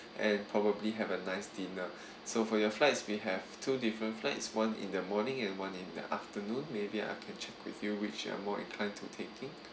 and probably have a nice dinner so for your flights we have two different flights one in the morning and one in the afternoon maybe I can check with you which are more inclined to taking